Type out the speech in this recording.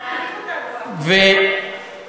אתה מעליב אותנו, אחמד,